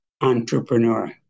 entrepreneur